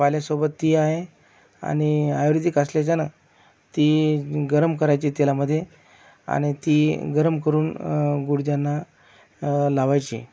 पाल्यासोबत ती आहे आणि आयुर्वेदिक असल्याच्यानं ती गरम करायची तेलामध्ये आणि ती गरम करून गुडजांना लावायची